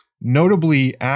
Notably